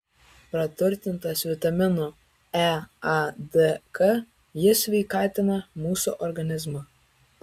praturtintas vitaminų e a d k jis sveikatina mūsų organizmą